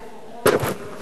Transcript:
אל"ף, אורון, בסוף.